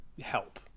help